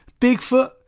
Bigfoot